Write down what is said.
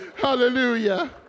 Hallelujah